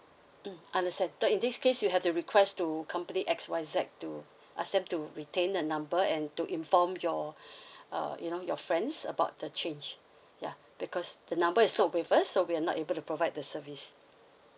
mm understand so in this case you have to request to company X Y Z to ask them to retain the number and to inform your uh you know your friends about the change ya because the number is not with us so we are not able to provide the service